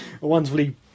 wonderfully